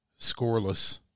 scoreless